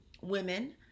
women